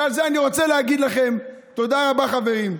ועל זה אני רוצה להגיד לכם תודה רבה, חברים.